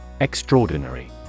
Extraordinary